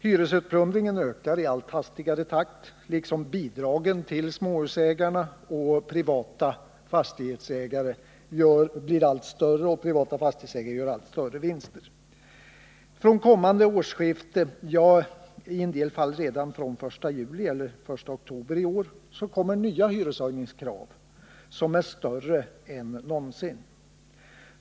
Hyresutplundringen ökar i allt hastigare takt, samtidigt som bidragen till småhusägarna blir allt större och de privata fastighetsägarna gör allt större vinster. Från kommande årsskifte — ja, i en del fall redan från den 1 juli eller den 1 oktober i år — kommer nya hyreshöjningskrav, som är större än någonsin.